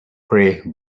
pray